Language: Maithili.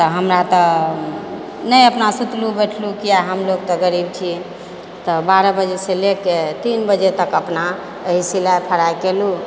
तऽ हमरा तऽ नहि अपना सुतलहुँ बैठलहुँ किया हमलोग तऽ गरीब छी तऽ बारह बजँसे लए के तीन बजे तक अपना यही सिलाई फराइ कयलहुँ